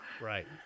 Right